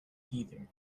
theater